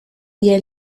via